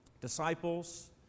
disciples